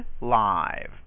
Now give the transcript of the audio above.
live